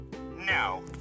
No